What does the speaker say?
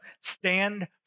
stand